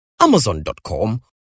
amazon.com